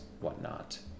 whatnot